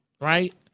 right